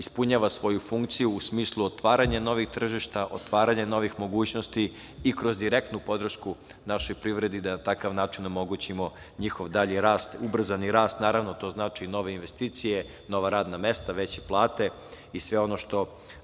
ispunjava svoju funkciju u smislu otvaranja novih tržišta, otvaranja novih mogućnosti i kroz direktnu podršku našoj privredni da na takav način omogućimo njihov dalji rast, ubrzani rast. Naravno, to znači i nove investicije, nova radna mesta, veće plate i sve ono što